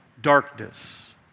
darkness